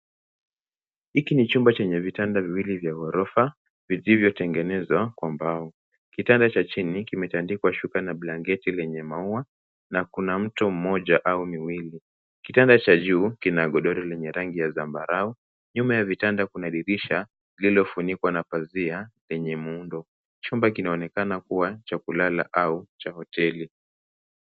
Hiki ni chumba chenye vitanda viwili vya ghorofa, vilivyotengenezwa kwa mbao. Kitanda cha chini kimetandikwa shuka na blanketi lenye maua, na kuna mto mmoja au miwili. Kitanda cha juu kina godoro lenye rangi ya zambarau. Nyuma ya vitanda kuna dirisha lililofunikwa na pazia lenye muundo. Chumba kinaonekana kuwa cha kulala au cha hoteli.